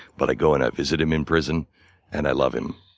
but i go and i visit him in prison and i love him.